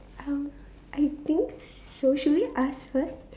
um I think should should we ask first